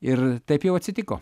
ir taip jau atsitiko